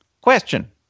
Question